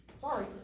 sorry